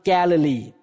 Galilee